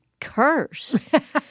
curse